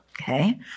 Okay